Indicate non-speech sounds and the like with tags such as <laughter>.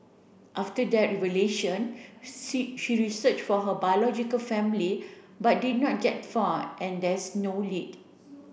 after that relation <unintelligible> she searched for her biological family but did not get far and there is no lead